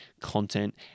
content